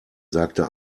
sagte